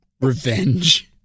revenge